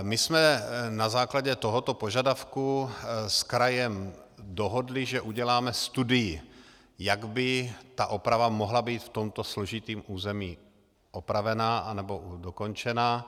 My jsme na základě tohoto požadavku s krajem dohodli, že uděláme studii, jak by ta oprava mohla být v tomto složitém území opravena anebo dokončena.